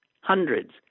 hundreds